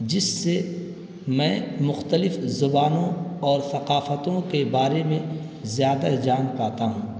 جس سے میں مختلف زبانوں اور ثقافتوں کے بارے میں زیادہ جان پاتا ہوں